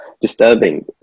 disturbing